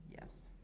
Yes